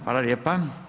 Hvala lijepa.